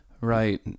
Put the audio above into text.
right